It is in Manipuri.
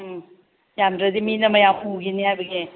ꯎꯝ ꯌꯥꯝꯗ꯭ꯔꯗꯤ ꯃꯤꯅ ꯃꯌꯥꯝ ꯎꯒꯤꯅꯤ ꯍꯥꯏꯕꯒꯤ